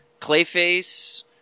Clayface